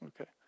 Okay